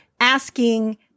asking